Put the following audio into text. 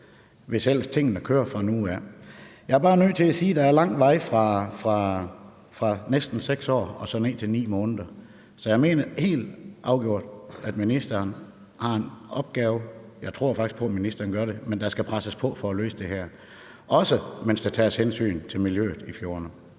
hvis ellers tingene kører fra nu af. Jeg er bare nødt til at sige, at der er lang vej fra næsten 6 år og så ned til 9 måneder. Så jeg mener helt afgjort, at ministeren har en opgave, og jeg tror faktisk på, at ministeren gør det, men der skal presses på for at løse det her, også mens der tages hensyn til miljøet i fjordene.